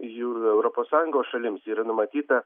jų europos sąjungos šalims yra numatyta